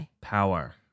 Power